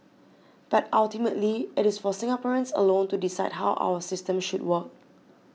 but ultimately it is for Singaporeans alone to decide how our system should work